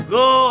go